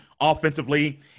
offensively